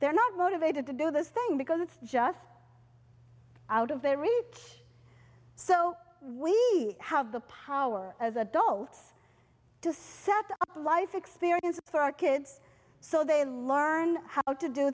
they're not motivated to do those things because it's just out of their reach so we have the power as adults to set up life experience for our kids so they learn how to do